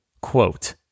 quote